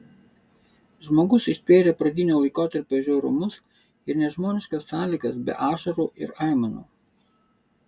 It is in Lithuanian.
žmogus ištvėrė pradinio laikotarpio žiaurumus ir nežmoniškas sąlygas be ašarų ir aimanų